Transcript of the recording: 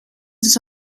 sus